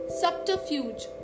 subterfuge